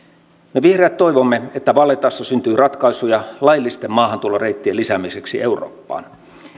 me vihreät toivomme että vallettassa syntyy ratkaisuja laillisten maahantuloreittien lisäämiseksi eurooppaan